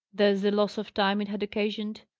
there's the loss of time it has occasioned,